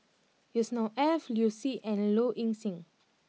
Yusnor Ef Liu Si and Low Ing Sing